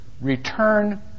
return